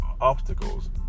obstacles